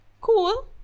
cool